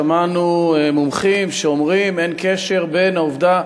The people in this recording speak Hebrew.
שמענו מומחים שאומרים שאין קשר בין זה לבין העובדה